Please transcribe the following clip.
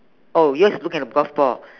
oh yours is looking at the golf ball